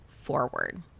forward